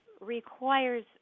requires